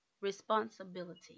responsibility